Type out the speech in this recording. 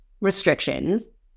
restrictions